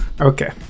Okay